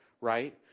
Right